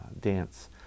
Dance